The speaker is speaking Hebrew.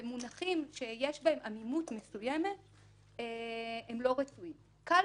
במונחים שיש בהם עמימות מסוימת הם לא רצויים קל